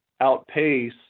outpace